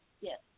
Yes